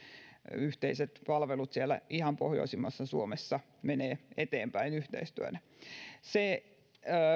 yhteiset palvelut siellä ihan pohjoisimmassa suomessa menevät eteenpäin yhteistyönä